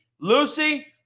Lucy